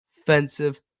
offensive